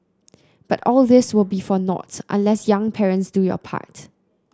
but all this will be for nought unless young parents do your part